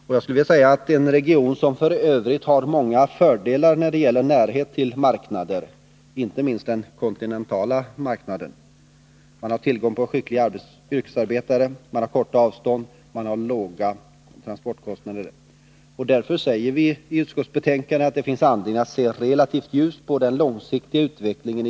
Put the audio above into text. Vi säger i utskottsbetänkandet att i en landsdel som f. ö. har många fördelar, t.ex. närhet till marknaden — inte minst den kontinentala — tillgång på skickliga yrkesarbetare, korta avstånd och låga transportkostnader, finns det anledning att se relativt ljust på den långsiktiga utvecklingen.